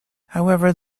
however